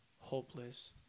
hopeless